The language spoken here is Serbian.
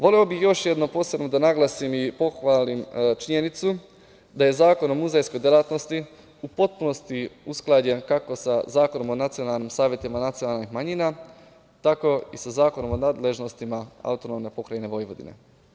Voleo bih još jednom posebno da naglasim i pohvalim činjenicu da je Zakon o muzejskoj delatnosti u potpunosti usklađen kako sa Zakonom o nacionalnim savetima nacionalnih manjina, tako i sa Zakonom o nadležnostima AP Vojvodine.